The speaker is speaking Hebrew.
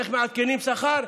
איך מעדכנים שכר?